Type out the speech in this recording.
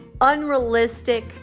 unrealistic